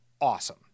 awesome